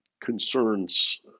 concerns